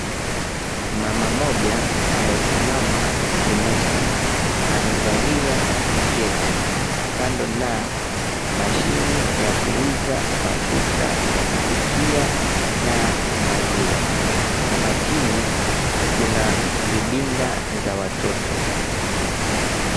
Mama mmoja amesimama kimufti. Amevalia sketi kando na mashini ya kuuza mafuta ya kupikia na maziwa. Kabatini, kuna mibinda za watoto.